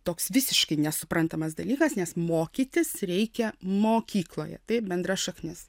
toks visiškai nesuprantamas dalykas nes mokytis reikia mokykloje taip bendra šaknis